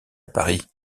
paris